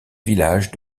village